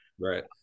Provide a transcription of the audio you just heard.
Right